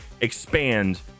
expand